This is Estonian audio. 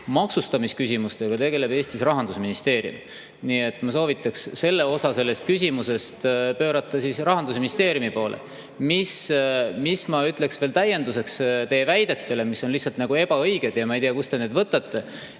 Maksustamisküsimustega tegeleb Eestis Rahandusministeerium, nii et ma soovitaks selle osa sellest küsimusest pöörata Rahandusministeeriumi poole. Mis ma ütleks veel täienduseks teie ebaõigetele väidetele – ma ei tea, kust te need võtate